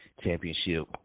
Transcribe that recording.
Championship